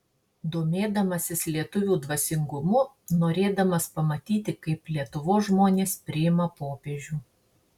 domėdamasis lietuvių dvasingumu norėdamas pamatyti kaip lietuvos žmonės priima popiežių